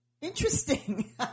interesting